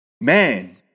man